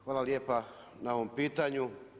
Hvala lijepa na ovom pitanju.